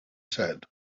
said